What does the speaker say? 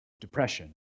depression